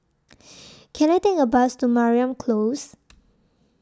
Can I Take A Bus to Mariam Close